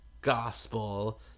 gospel